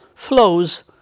flows